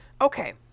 Okay